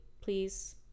please